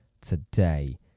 today